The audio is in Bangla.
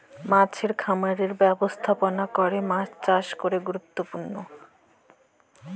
মাছের খামারের ব্যবস্থাপলা ক্যরে মাছ চাষ ক্যরা গুরুত্তপুর্ল